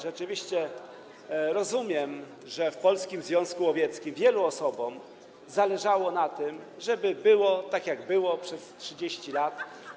Rozumiem, że w Polskim Związku Łowieckim wielu osobom zależało na tym, żeby było tak, jak było przez 30 lat.